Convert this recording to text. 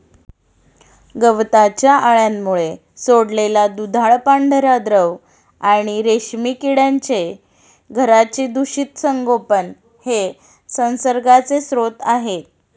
गवताच्या अळ्यांमुळे सोडलेला दुधाळ पांढरा द्रव आणि रेशीम किड्यांची घरांचे दूषित संगोपन हे संसर्गाचे स्रोत आहे